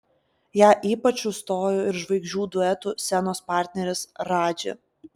ją ypač užstojo ir žvaigždžių duetų scenos partneris radži